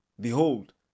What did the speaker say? Behold